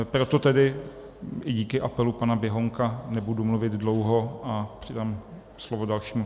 Proto tedy i díky apelu pana Běhounka nebudu mluvit dlouho a předám slovo dalšímu.